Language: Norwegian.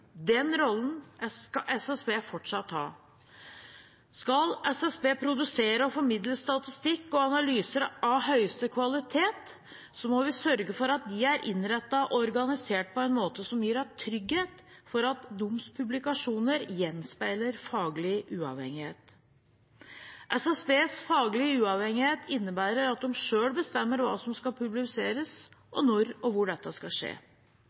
Den rollen skal SSB fortsatt ha. Skal SSB produsere og formidle statistikk og analyser av høyeste kvalitet, må vi sørge for at SSB er innrettet og organisert på en måte som gir oss trygghet for at deres publikasjoner gjenspeiler faglig uavhengighet. SSBs faglige uavhengighet innebærer at de selv bestemmer hva som skal publiseres, og når og hvor dette skal skje.